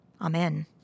Amen